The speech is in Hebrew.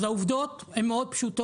אז העובדות הן מאוד פשוטות.